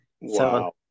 Wow